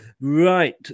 Right